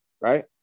right